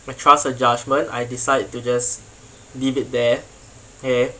I trust her judgment I decide to just leave it there okay